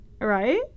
Right